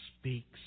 speaks